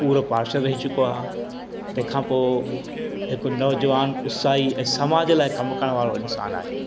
पूरो पार्शद रही चुको आहे तंहिंखां पोइ हिकु नौजवान उत्साही ऐं समाज लाइ कमु करणु वारो इंसान आहे